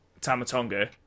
Tamatonga